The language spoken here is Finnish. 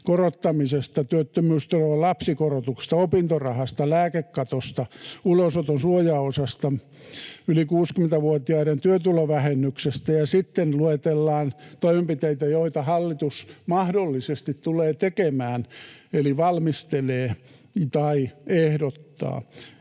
korottamisesta, työttömyysturvan lapsikorotuksesta, opintorahasta, lääkekatosta, ulosoton suojaosasta ja yli 60-vuotiaiden työtulovähennyksestä ja sitten luetellaan toimenpiteitä, joita hallitus mahdollisesti tulee tekemään eli valmistelee tai ehdottaa,